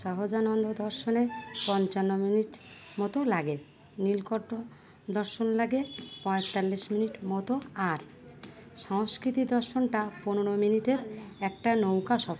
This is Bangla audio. সহজানন্দ দর্শনে পঞ্চান্ন মিনিট মতো লাগে নীলকণ্ঠ দর্শন লাগে পঁয়তাল্লিশ মিনিট মতো আর সংস্কৃতি দর্শনটা পনেরো মিনিটের একটা নৌকা সফর